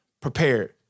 prepared